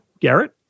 Garrett